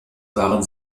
waren